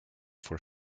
for